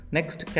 Next